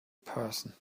person